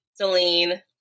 Celine